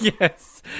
Yes